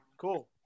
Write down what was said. Cool